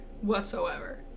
Whatsoever